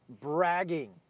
bragging